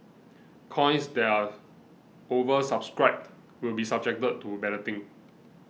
coins that are oversubscribed will be subjected to balloting